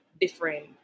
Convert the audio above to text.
different